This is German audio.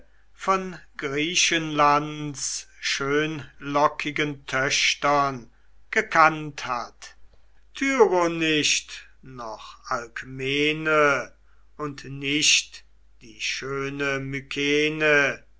von griechenlands schönlockigen töchtern gekannt hat tyro nicht noch alkmene und nicht die schöne mykene